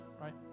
right